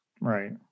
Right